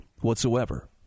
whatsoever